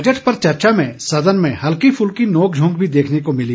budget पर चर्चा में सदन में हल्की फुल्की नोंक झोंक भी देखने को मिली